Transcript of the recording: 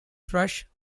thrush